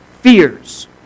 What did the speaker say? fears